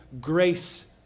grace